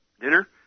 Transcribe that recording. dinner